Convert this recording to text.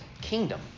kingdom